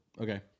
Okay